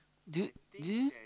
do do you